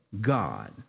God